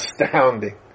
astounding